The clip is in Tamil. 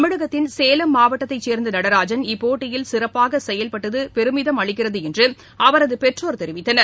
தமிழகத்தின் சேலம் மாவட்டத்தைசேர்ந்தநடராஜன் இப்போட்டியில் சிறப்பாகசெயல்பட்டதபெருமிதம் அளிக்கிறதுஎன்றுஅவரதுபெற்றோர்தெரிவித்தனர்